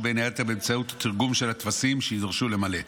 בין היתר באמצעות תרגום של הטפסים שיידרשו למלא.